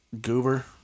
Goober